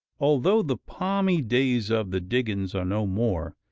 although the palmy days of the diggin's are no more,